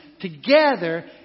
together